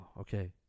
Okay